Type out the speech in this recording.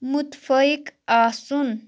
متفٔیِق آسُن